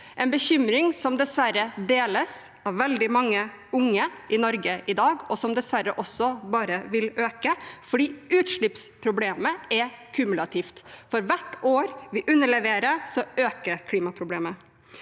en bekymring som dessverre deles av veldig mange unge i Norge i dag. Den vil dessverre også bare øke, fordi utslippsproblemet er kumulativt. For hvert år vi underleverer, øker klimaproblemet.